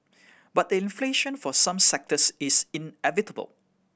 but the inflation for some sectors is inevitable